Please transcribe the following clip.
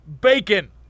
Bacon